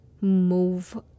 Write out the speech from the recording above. move